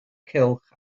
cylch